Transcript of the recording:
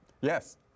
Yes